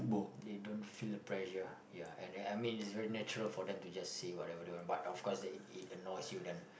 they don't feel pressure ya and then is just very natural for them to just say whatever they want but of course if they it annoys you then